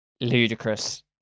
ludicrous